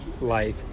life